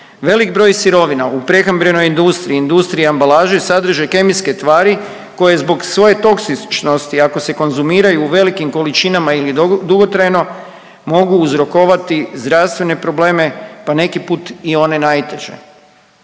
Velik broj sirovina u prehrambenoj industriji i industriji ambalaže sadrže kemijske tvari koje zbog svoje toksičnosti ako se konzumiraju u velikim količinama ili dugotrajno mogu uzrokovati zdravstvene probleme, pa neki put i one najteže.